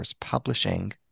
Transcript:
Publishing